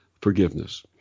forgiveness